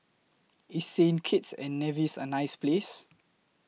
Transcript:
IS Saint Kitts and Nevis A nice Place